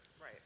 Right